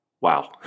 Wow